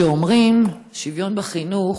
כשאומרים "שוויון בחינוך",